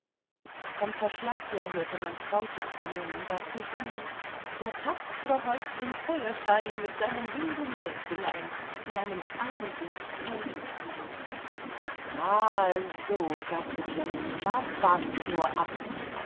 vom verschlag her hörte man traute trommeln und dazu singen der tapfre häuptling feuerschein mit seinen wilden mägdelein in einem eigensinnig verliebten rhythmus ah so sagte jenny na wart's nur ab